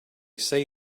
say